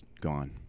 gone